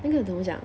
那个怎么讲